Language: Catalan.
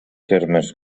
termes